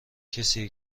کسیه